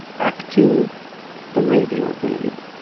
act two the radio babe.